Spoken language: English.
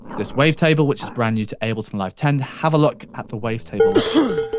this wavetable, which is brand new to ableton live ten, have a look at the wavetable lectures.